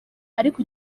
ariko